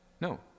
No